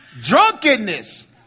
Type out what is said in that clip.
Drunkenness